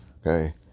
okay